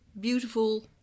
beautiful